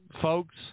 folks